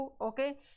okay